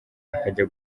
akajya